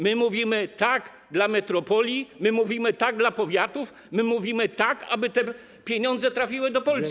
My mówimy „tak” dla metropolii, my mówimy „tak” dla powiatów, my mówimy „tak”, aby te pieniądze trafiły do Polski.